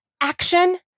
action